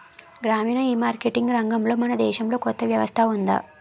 గ్రామీణ ఈమార్కెటింగ్ రంగంలో మన దేశంలో కొత్త వ్యవస్థ ఉందా?